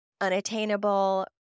unattainable